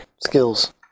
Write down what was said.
skills